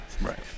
Right